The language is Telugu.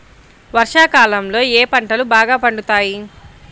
వర్షాకాలంలో ఏ పంటలు బాగా పండుతాయి?